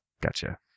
Gotcha